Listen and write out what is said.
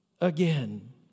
again